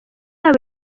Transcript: yabo